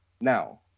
Now